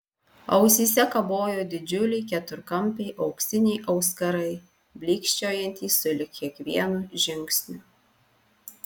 ausyse kabojo didžiuliai keturkampiai auksiniai auskarai blykčiojantys sulig kiekvienu žingsniu